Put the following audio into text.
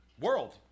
world